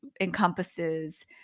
encompasses